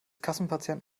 kassenpatient